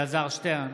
אלעזר שטרן,